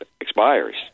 expires